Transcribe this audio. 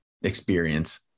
experience